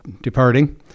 departing